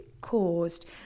caused